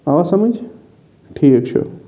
آ سَمجھ ٹھیٖک چھُ